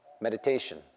meditation